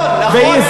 נכון, נכון.